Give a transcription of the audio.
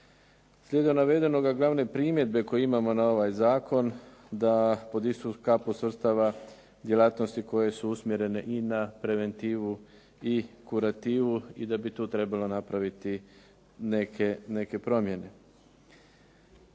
Slijedom navedenoga glavne primjedbe koje imamo na ovaj zakon, da pod istu kapu svrstava djelatnosti koje su usmjerene i na preventivu i kurativu i da bi tu trebalo napraviti neke promjene.